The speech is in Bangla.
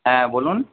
হ্যাঁ বলুন